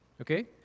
Okay